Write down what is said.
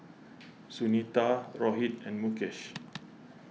Sunita Rohit and Mukesh